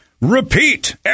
repeat